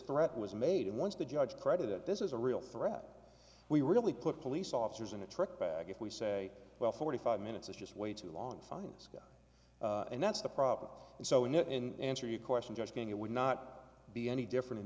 threat was made and once the judge credit that this is a real threat we really put police officers in a trick bag if we say well forty five minutes is just way too long to find this guy and that's the problem so in answer your question just going it would not be any different in